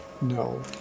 No